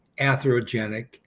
atherogenic